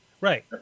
Right